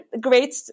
great